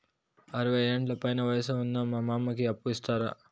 అరవయ్యేండ్ల పైన వయసు ఉన్న మా మామకి అప్పు ఇస్తారా